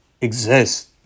exist